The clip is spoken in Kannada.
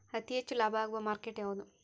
ಅತಿ ಹೆಚ್ಚು ಲಾಭ ಆಗುವ ಮಾರ್ಕೆಟ್ ಯಾವುದು?